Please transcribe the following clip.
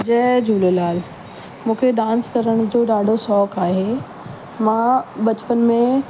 जय झूलेलाल मूंखे डांस करण जो ॾाढो शौक़ु आहे मां बचपन में